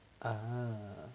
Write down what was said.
uh